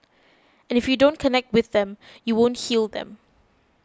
and if you don't connect with them you won't heal them